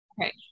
okay